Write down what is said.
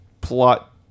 plot